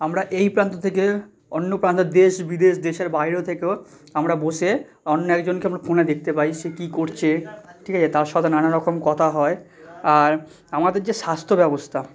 আমরা এই প্রান্ত থেকে অন্য প্রান্ত দেশ বিদেশ দেশের বাইরে থেকেও আমরা বসে অন্য একজনকে আমরা ফোনে দেখতে পাই সে কী করছে ঠিক আছে তার সাথে নানারকম কথা হয় আর আমাদের যে স্বাস্থ্য ব্যবস্থা